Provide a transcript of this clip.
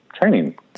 training